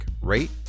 rate